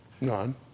None